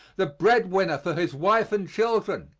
the breadwinner for his wife and children,